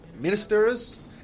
ministers